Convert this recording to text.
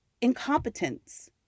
incompetence